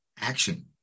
action